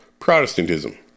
Protestantism